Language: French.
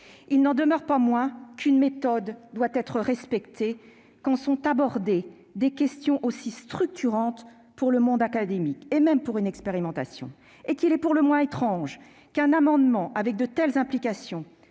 il n'en demeure pas moins qu'une méthode doit être respectée quand sont abordées des questions aussi structurantes pour le monde académique, même lorsqu'il s'agit d'une expérimentation. Il est pour le moins étrange qu'un amendement emportant de telles implications